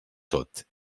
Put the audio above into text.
tot